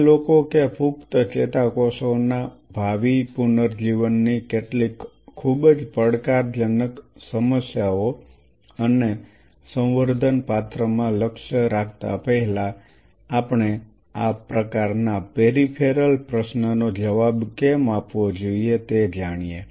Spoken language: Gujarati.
તમે લોકો કે પુખ્ત ચેતાકોષોના ભાવિ પુનર્જીવનની કેટલીક ખૂબ જ પડકારજનક સમસ્યાઓ અને સંવર્ધન પાત્ર માં લક્ષ્ય રાખતા પહેલા આપણે આ પ્રકારના પેરિફેરલ પ્રશ્નનો જવાબ કેમ આપવો જોઈએ તે જાણીએ